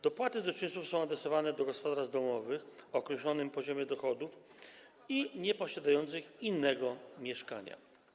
Dopłaty do czynszu są adresowane do gospodarstw domowych o określonym poziomie dochodów i nieposiadających innego mieszkania.